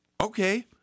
okay